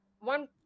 One